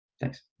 thanks